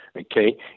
Okay